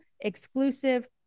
exclusive